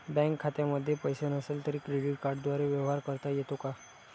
Bank खात्यामध्ये पैसे नसले तरी क्रेडिट कार्डद्वारे व्यवहार करता येतो का?